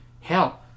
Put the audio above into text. hell